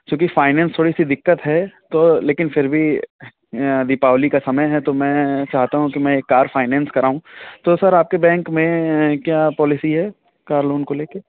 क्योंकि फाइनेंस थोड़ी सी दिक्कत है तो लेकिन फिर भी दीपावली का समय है तो मैं चाहता हूँ तो मैं कार फाइनेंस कराऊँ हूँ तो सर आपके बैंक में क्या पॉलिसी है कानून को लेकर के